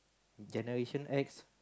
Generation-X